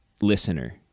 listener